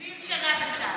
70 שנה בצה"ל.